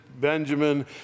Benjamin